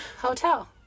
Hotel